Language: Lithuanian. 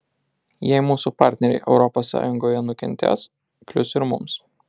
jei mūsų partneriai europos sąjungoje nukentės klius ir mums